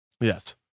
Yes